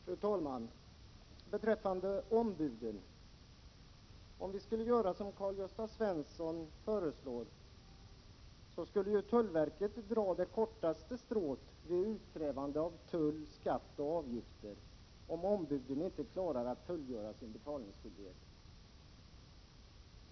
Fru talman! Om vi skulle göra som Karl-Gösta Svenson föreslår, då skulle tullverket dra det kortaste strået vid utkrävande av tull, skatt och avgifter när ombuden inte klarar att fullgöra sin betalningsskyldighet.